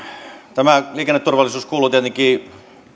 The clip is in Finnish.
tämä liikenneturvallisuus kuuluu tietenkin